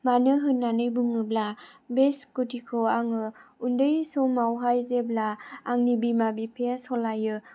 मानो होननानै बुङोब्ला बे स्कुटि खौ आङो उन्दै समावहाय जेब्ला आंनि बिमा बिफाया सालायो